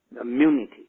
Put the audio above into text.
immunity